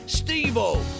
Steve-O